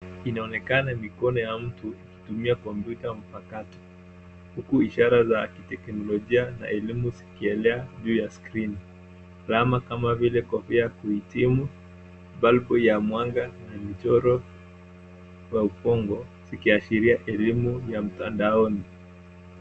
Inaonekana mikono ya mtu ikitumia kompyuta mpakato, huku ishara za kiteknolojia za elimu zikielea juu ya skrini. Alama kama vile kofia ya kuhitimu, balbu ya mwanga na michoro wa ufungo, zikiashiria elimu ya mtandaoni.